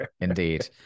indeed